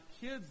kids